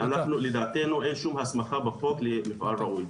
לדעתנו אין שום הסמכה בחוק למפעל ראוי.